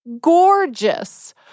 gorgeous